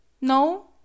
no